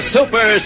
Super